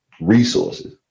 resources